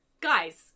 Guys